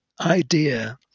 idea